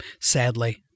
sadly